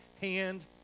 hand